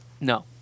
No